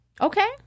Okay